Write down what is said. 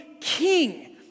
king